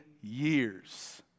years